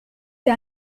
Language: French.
est